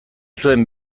zuen